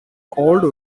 old